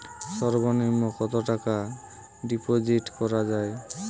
সর্ব নিম্ন কতটাকা ডিপোজিট করা য়ায়?